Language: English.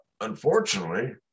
unfortunately